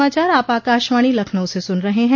यह समाचार आप आकाशवाणी लखनऊ से सुन रहे हैं